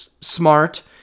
smart